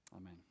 Amen